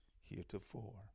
heretofore